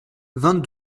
vingt